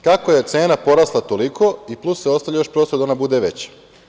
Kako je cena porasla toliko i plus se ostavlja još prostor da ona bude veća?